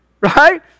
Right